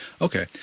Okay